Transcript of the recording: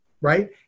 right